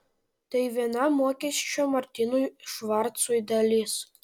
tai viena mokesčio martinui švarcui dalis